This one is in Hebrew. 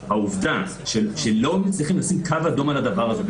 העובדה שלא מצליחים לשים קו אדום על הדבר הזה,